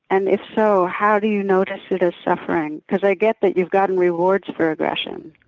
and if so, how do you notice it as suffering? because i get that you've gotten rewards for aggression.